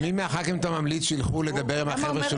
למי מחברי הכנסת אתה ממליץ שילכו לדבר עם החבר'ה,